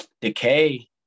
Decay